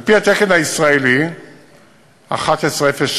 על-פי התקן הישראלי 1107,